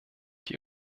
die